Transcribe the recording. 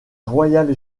royal